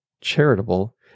charitable